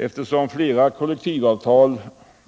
Eftersom flera kollektivavtal